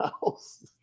house